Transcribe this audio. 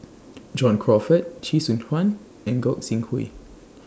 John Crawfurd Chee Soon Juan and Gog Sing Hooi